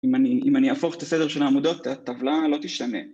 אם אני אהפוך את הסדר של העמודות, הטבלה לא תשתנה